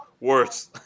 worse